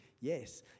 Yes